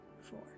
four